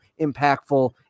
impactful